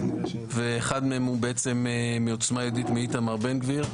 אחד מהם הוא מ"עוצמה יהודית",